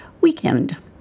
Weekend